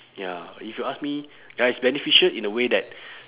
ya if you ask me ya it's beneficial in a way that